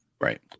Right